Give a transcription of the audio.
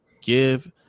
give